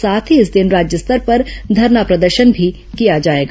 साथ ही इस दिन राज्य स्तर पर धरना प्रदर्शन भी किया जाएगा